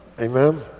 Amen